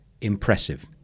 impressive